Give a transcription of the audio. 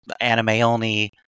anime-only